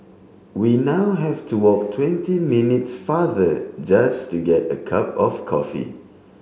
we now have to walk twenty minutes farther just to get a cup of coffee